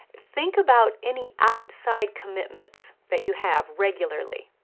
think about any outside commitments that you have regularly.